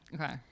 Okay